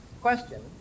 question